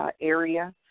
Area